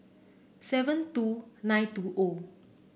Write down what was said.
seven two nine two o